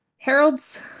Harold's